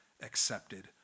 accepted